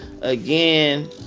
again